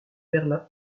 berlin